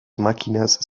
máquinas